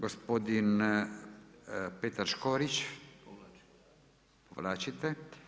Gospodin Petar Škorić [[Upadica Škorić: Povlačim.]] Povlačite.